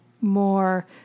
more